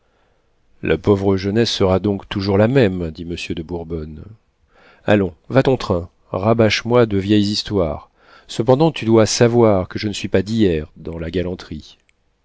la pauvre jeunesse sera donc toujours la même dit monsieur de bourbonne allons va ton train rabâche moi de vieilles histoires cependant tu dois savoir que je ne suis pas d'hier dans la galanterie